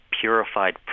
purified